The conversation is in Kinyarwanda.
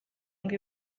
ngo